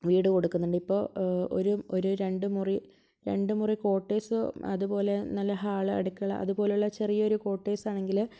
വീട് കൊടുക്കുന്നുണ്ട് ഇപ്പോൾ ഒരു ഒരു രണ്ട് മുറി രണ്ട് മുറി കോട്ടേഴ്സ് അതുപോലെ നല്ല ഹാള് അടുക്കള അതുപോലുള്ള ചെറിയ ഒരു കോട്ടേഴ്സ് ആണെങ്കിൽ